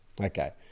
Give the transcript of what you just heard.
Okay